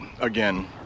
again